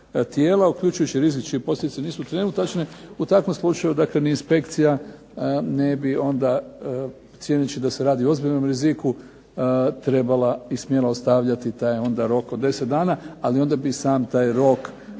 tijela, uključujući rizične posljedice nisu trenutačne, u takvom slučaju dakle ni inspekcija ne bi onda cijeneći da se radi o ozbiljnom riziku trebala i smjela ostavljati taj onda rok od 10 dana, ali onda bi sam taj rok